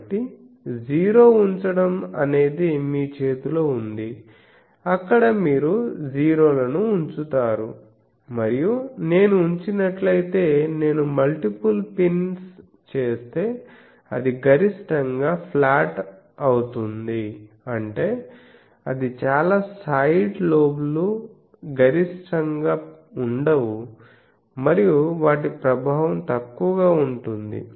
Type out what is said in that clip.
కాబట్టి జీరో ఉంచడం అనేది మీ చేతిలో ఉంది అక్కడ మీరు జీరోలను ఉంచుతారు మరియు నేను ఉంచినట్లయితే నేను మల్టిపుల్ పిన్స్ చేస్తే అది గరిష్టంగా ఫ్లాట్ అవుతుంది అంటే అది చాలా సైడ్ లోబ్లు గరిష్టాంగా వుండవు మరియు వాటి ప్రభావం తక్కువగా ఉంటుంది